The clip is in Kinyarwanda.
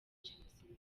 jenoside